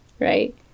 right